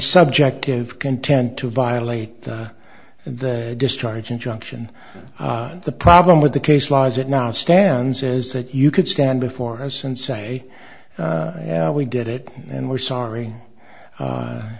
subject give content to violate the discharge injunction the problem with the case law as it now stands is that you could stand before us and say yeah we did it and we're sorry